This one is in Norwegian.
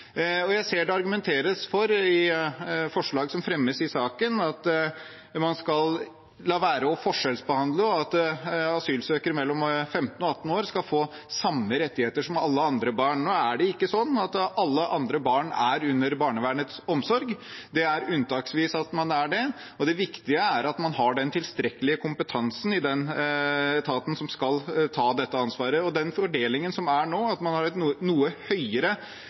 Jeg ser at det i forslag som fremmes i saken, argumenteres for at man skal la være å forskjellsbehandle, og at asylsøkere mellom 15 og 18 år skal få samme rettigheter som alle andre barn. Nå er det ikke sånn at alle andre barn er under barnevernets omsorg. Det er unntaksvis at man er det. Det viktige er at man har den tilstrekkelige kompetansen i den etaten som skal ta dette ansvaret. Den fordelingen som er nå, at man har et noe høyere